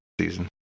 season